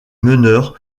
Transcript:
meneurs